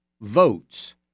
Votes